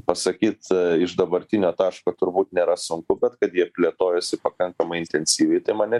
pasakyti iš dabartinio taško turbūt nėra sunku bet kad jie plėtojosi pakankamai intensyviai mane